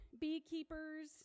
beekeepers